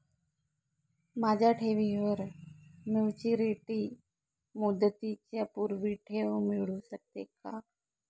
माझ्या ठेवीवर मॅच्युरिटी मुदतीच्या पूर्वी ठेव मिळू शकते का?